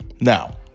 Now